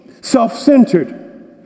self-centered